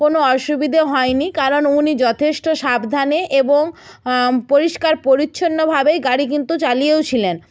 কোনো অসুবিধে হয়নি কারণ উনি যথেষ্ট সাবধানে এবং পরিষ্কার পরিচ্ছন্নভাবেই গাড়ি কিন্তু চালিয়েওছিলেন